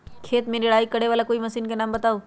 खेत मे निराई करे वाला कोई मशीन के नाम बताऊ?